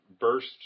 burst